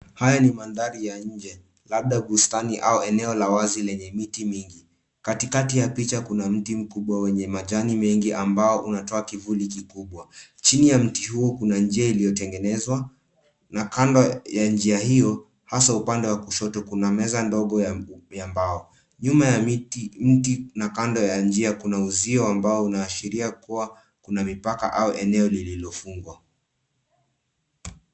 Haya ni mandhari ya nje labda bustani au eneo la wazi lenye miti mingi , katikati ya picha kuna mti mkubwa wenye majani mengi ambao una toa kivuli kikubwa ,chini ya mti huu kuna njia iliyo tengenezwa na kando ya njia hio hasa upande wa kushoto kuna meza ndogo ya mbao, nyuma ya miti na kando ya njia kuna uzio wa mbao unayo ashiria kuwa kuna mipaka au eneo lililo fungwa.